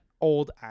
old